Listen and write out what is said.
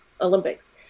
Olympics